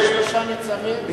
שלושה ניצבים,